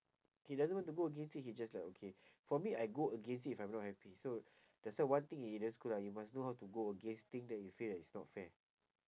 he doesn't want to go against it he just like okay for me I go against it if I'm not happy so that's why one thing eden screw up you must know how to go against thing that you feel that is not fair